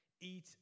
Eat